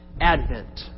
Advent